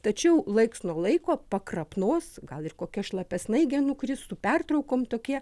tačiau laiks nuo laiko pakrapnos gal ir kokia šlapia snaigė nukristų pertraukom tokie